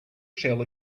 shell